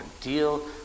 deal